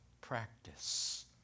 practice